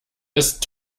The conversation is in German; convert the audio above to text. ist